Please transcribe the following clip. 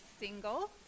Single